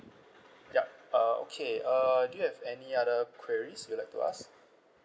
yup uh okay uh do you have any other queries you'd like to ask